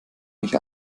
mich